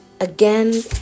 again